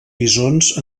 bisons